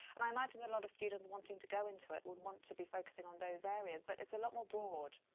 and i imagine that a lot of students wanting to go into it would want to be focusing on those areas, but it's a lot more broad.